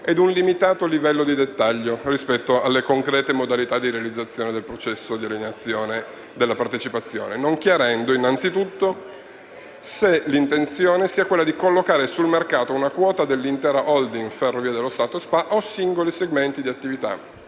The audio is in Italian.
ed un limitato livello di dettaglio rispetto alle concrete modalità di realizzazione del processo di alienazione della partecipazione, non chiarendo, innanzitutto, se l'intenzione sia quella di collocare sul mercato una quota dell'intera *holding* di Ferrovie dello Stato Italiane SpA o singoli segmenti di attività